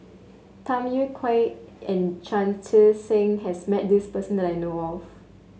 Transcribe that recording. Tham Yui Kai and Chan Chee Seng has met this person that I know of